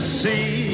see